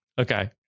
Okay